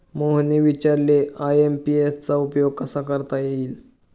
मोहनने विचारले आय.एम.पी.एस चा उपयोग कसा करता येईल?